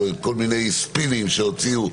כל מיני ספינים שהוציאו,